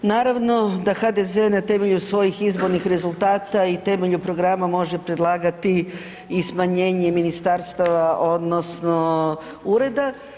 Naravno da HDZ na temelju svojih izbornih rezultata i temelju programa može predlagati i smanjenje i ministarstava odnosno ureda.